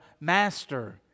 master